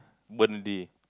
burn already